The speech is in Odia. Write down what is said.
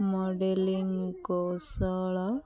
ମଡ଼େଲିଙ୍ଗ କୌଶଳ